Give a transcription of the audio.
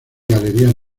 galerías